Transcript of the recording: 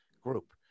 group